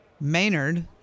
Maynard